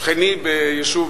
שכני ביישוב